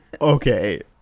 Okay